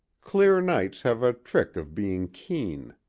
clear nights have a trick of being keen.